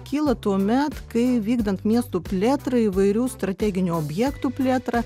kyla tuomet kai vykdant miestų plėtrą įvairių strateginių objektų plėtrą